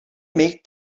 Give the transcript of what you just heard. make